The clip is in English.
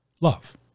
love